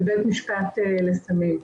של בית משפט לסמים.